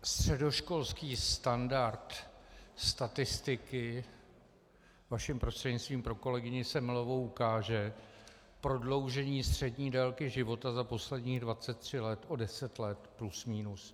Středoškolský standard statistiky, vaším prostřednictvím pro kolegyni Semelovou, ukáže prodloužení délky života za posledních 23 let o 10 let plus minus.